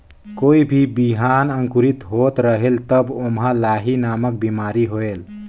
कोई भी बिहान अंकुरित होत रेहेल तब ओमा लाही नामक बिमारी होयल?